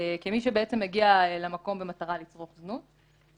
כמי שבעצם מגיע למקום במטרה לצרוך זנות.